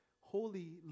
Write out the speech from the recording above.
Holy